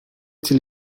till